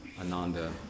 Ananda